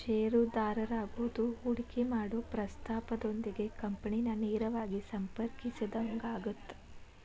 ಷೇರುದಾರರಾಗೋದು ಹೂಡಿಕಿ ಮಾಡೊ ಪ್ರಸ್ತಾಪದೊಂದಿಗೆ ಕಂಪನಿನ ನೇರವಾಗಿ ಸಂಪರ್ಕಿಸಿದಂಗಾಗತ್ತ